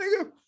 nigga